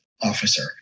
officer